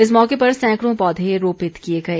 इस मौके पर सैंकड़ों पौधे रोपित किए गए